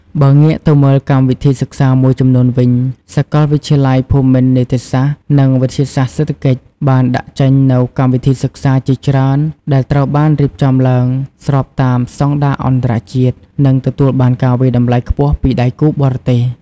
បើងាកទៅមើកម្មវិធីសិក្សាមួយចំំនួនវិញសាកលវិទ្យាល័យភូមិន្ទនីតិសាស្ត្រ និងវិទ្យាសាស្ត្រសេដ្ឋកិច្ច បានដាក់ចេញនូវកម្មវិធីសិក្សាជាច្រើនដែលត្រូវបានរៀបចំឡើងស្របតាមស្តង់ដារអន្តរជាតិ និងទទួលបានការវាយតម្លៃខ្ពស់ពីដៃគូបរទេស។